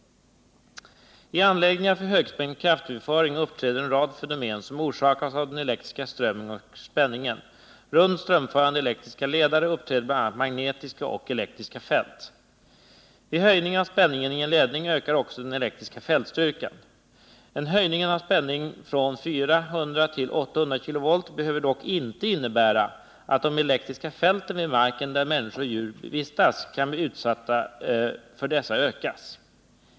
I anläggningar för högspänd kraftöverföring uppträder en rad fenomen, som orsakas av den elektriska strömmen och spänningen. Runt strömförande elektriska ledare uppträder bl.a. magnetiska och elektriska fält. Vid höjning av spänningen i en ledning ökar också den elektriska fältstyrkan. En höjning av spänningen från 400 kV till 800 kV behöver dock inte innebära att de elektriska fälten vid marken där människor och djur kan bli utsatta för dessa ökas.